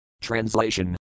Translation